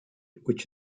which